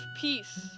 peace